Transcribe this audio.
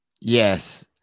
Yes